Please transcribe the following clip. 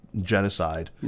genocide